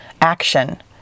action